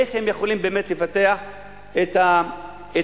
איך הם יכולים באמת לפתח את עצמם,